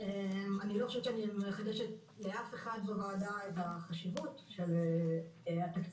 אני חושבת שאני לא מחדשת לאף אחד בוועדה את החשיבות של התקציב,